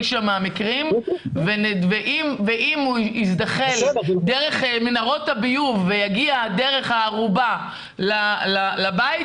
מהמקרים ואם הוא יזדחל דרך מנהרות הביוב ויגיע דרך הארובה לבית,